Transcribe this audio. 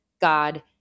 God